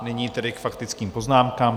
Nyní tedy k faktickým poznámkám.